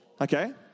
Okay